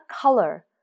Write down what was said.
color